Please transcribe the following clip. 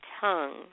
tongue